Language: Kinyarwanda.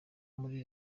muri